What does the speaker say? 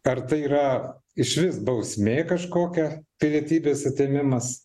ar tai yra išvis bausmė kažkokia pilietybės atėmimas